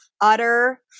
utter